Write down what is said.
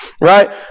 Right